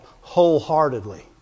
wholeheartedly